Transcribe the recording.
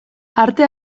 arte